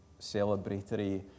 celebratory